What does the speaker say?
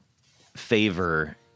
favor